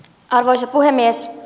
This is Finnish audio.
arvoisa puhemies